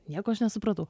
nieko aš nesupratau